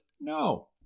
no